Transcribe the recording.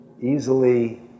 easily